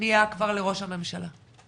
זה